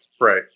right